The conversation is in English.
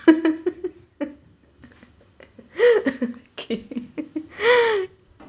okay